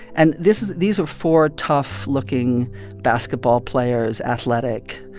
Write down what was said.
and this these were four tough-looking basketball players athletic,